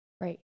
right